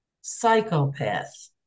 psychopath